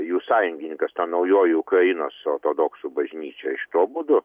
jų sąjungininkas ta naujoji ukrainos ortodoksų bažnyčia tuo būdu